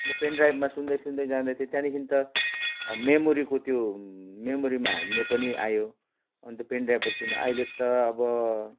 पेनड्राइभमा सुन्दै सुन्दै जाँदैथिएँ त्यहाँदेखि त मेमोरीको त्यो मेमोरीमा हाल्ने पनि आयो अन्त पेनड्राइभमा सुन्ने अहिले त अब